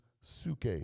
suke